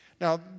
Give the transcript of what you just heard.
Now